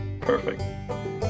Perfect